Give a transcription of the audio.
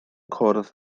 cwrdd